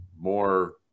more